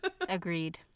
agreed